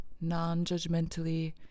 non-judgmentally